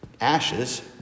ashes